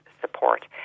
Support